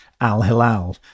Al-Hilal